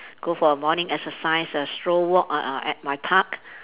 go for a morning exercise a stroll walk uh err at my park